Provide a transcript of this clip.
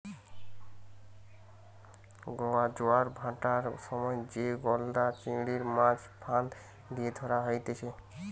জোয়ার ভাঁটার সময় যে গলদা চিংড়ির, মাছ ফাঁদ লিয়ে ধরা হতিছে